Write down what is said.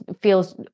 feels